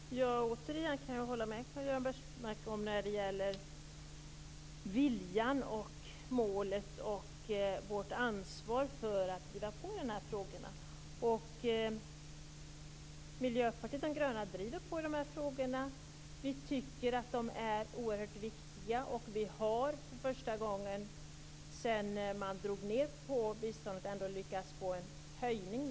Fru talman! Återigen kan jag hålla med Karl Göran Biörsmark när det gäller viljan, målet och vårt ansvar för att driva på i de här frågorna. Miljöpartiet de gröna driver på i de här frågorna. Vi tycker att de är oerhört viktiga och vi har för första gången sedan man drog ned på biståndet ändå lyckats få en höjning.